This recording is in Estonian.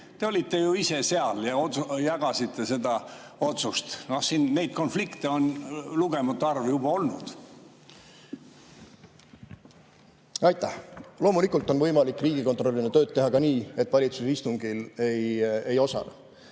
te olite ju ise seal ja jagasite seda otsust. Siin neid konflikte on lugematu arv juba olnud. Aitäh! Loomulikult on võimalik riigikontrolörina tööd teha ka nii, et valitsuse istungil ei osale.